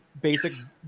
basic